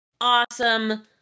awesome